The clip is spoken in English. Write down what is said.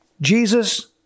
Jesus